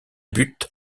but